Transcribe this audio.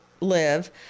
live